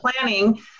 planning